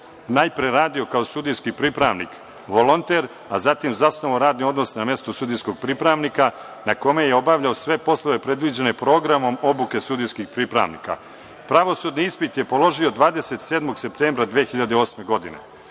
Najpre je radio kao sudijski pripravnik, volonter, a zatim zasnovao radni odnos na mestu sudijskog pripravnika na kome je obavljao sve poslove predviđene programom obuke sudijskih pripravnika. Pravosudni ispit je položio 27. septembra 2008. godine. Dakle,